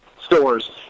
stores